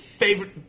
favorite